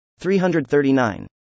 339